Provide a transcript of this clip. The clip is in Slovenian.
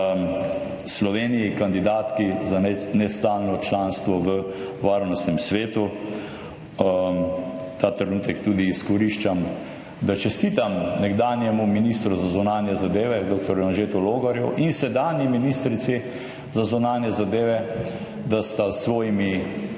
Sloveniji, kandidatki za nestalno članstvo v varnostnem svetu. Ta trenutek tudi izkoriščam, da čestitam nekdanjemu ministru za zunanje zadeve dr. Anžetu Logarju in sedanji ministrici za zunanje zadeve, da sta s svojimi